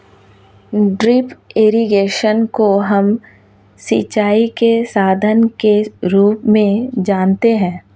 drip irrigation को हम सिंचाई के साधन के रूप में जानते है